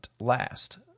last